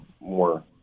more